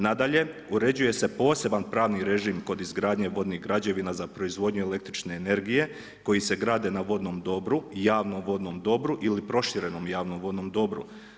Nadalje, uređuje se poseban pravni režim kod izgradnje vodnih građevina za proizvodnju električne energije koji se grade na vodnom dobru i javnom vodnom dobru ili proširenom javnom vodnom dobru.